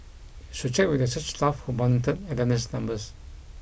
should check with the church staff who monitored attendance numbers